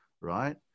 right